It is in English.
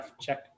check